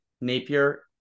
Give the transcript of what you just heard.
Napier